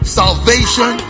salvation